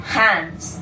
hands